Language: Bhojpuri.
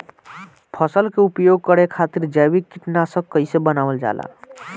फसल में उपयोग करे खातिर जैविक कीटनाशक कइसे बनावल जाला?